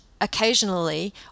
occasionally